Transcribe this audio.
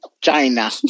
China